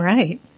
Right